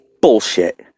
bullshit